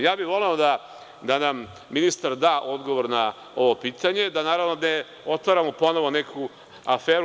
Ja bih voleo da nam ministar da odgovor na ovo pitanje, da naravno ne otvaramo ponovo neku aferu.